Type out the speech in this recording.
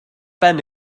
ben